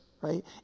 right